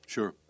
Sure